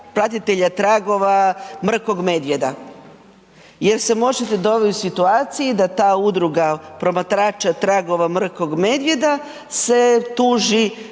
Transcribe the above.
pratitelja tragova mrkog medvjeda jer se možete dovesti u situaciji da ta udruga promatrača tragova mrkog medvjeda se tuži